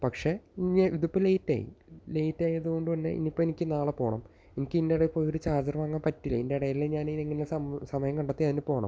പക്ഷെ ഇതിപ്പോൾ ലെയിറ്റായി ലെയിറ്റ് ആയത് കൊണ്ട് തന്നെ ഇന്ന് ഇപ്പോൾ എനിക്ക് നാളെ പോകണം എനിക്ക് ഇതിന്റെ ഇടയിൽ പോയി ഒര് ചാർജറ് വാങ്ങാൻ പറ്റില്ല ഇതിന്റെ ഇടയില് ഞാനിനിങ്ങനെ സമയം കണ്ടെത്തി അതിന് പോകണം